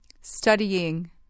Studying